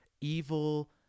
evil